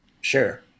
sure